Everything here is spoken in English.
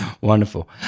Wonderful